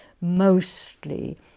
mostly